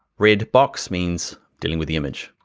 red box means, dealing with the image.